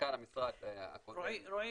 שמנכ"ל המשרד --- רועי,